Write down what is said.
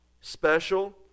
special